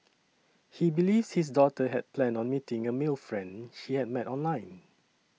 he believes his daughter had planned on meeting a male friend she had met online